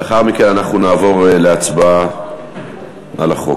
לאחר מכן נעבור להצבעה על החוק.